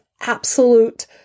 absolute